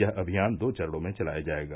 यह अभियान दो चरणों में चलाया जायेगा